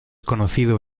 conocido